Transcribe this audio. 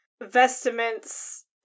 vestments